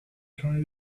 trying